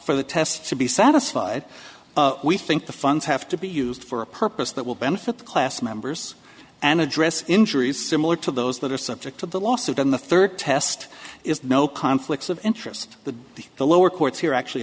for the tests to be satisfied we think the funds have to be used for a purpose that will benefit the class members and address injuries similar to those that are subject to the lawsuit and the third test is no conflicts of interest that the the lower courts here actually